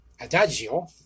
adagio